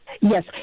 Yes